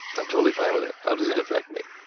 i'm totally fine with it. how does it affect me?